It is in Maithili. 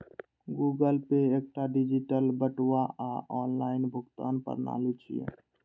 गूगल पे एकटा डिजिटल बटुआ आ ऑनलाइन भुगतान प्रणाली छियै